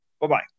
Bye-bye